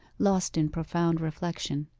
lost in profound reflection.